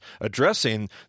addressing